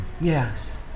Yes